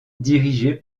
dirigé